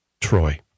Troy